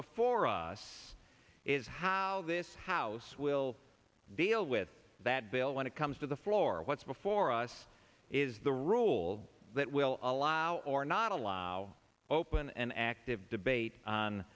before us is how this house will deal with that bill when it comes to the floor what's before us is the rule that will allow or not allow open an active debate on